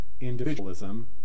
individualism